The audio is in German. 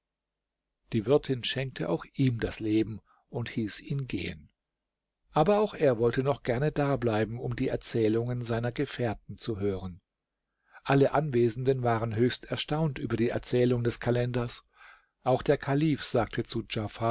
die wirtin schenkte auch ihm das leben und hieß ihn gehen aber auch er wollte noch gerne da bleiben um die erzählungen seiner gefährten zu hören alle anwesenden waren höchst erstaunt über die erzählung des kalenders auch der kalif sagte zu